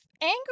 anger